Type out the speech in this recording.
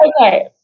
Okay